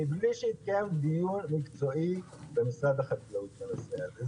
מבלי שהתקיים דיון מקצועי במשרד החקלאות בנושא הזה.